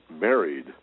married